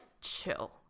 chill